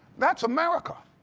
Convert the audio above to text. that's america.